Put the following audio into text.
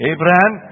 Abraham